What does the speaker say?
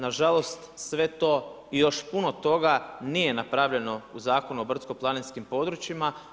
Nažalost sve to i još puno toga nije napravljeno u Zakonu o brdsko-planinskim područjima.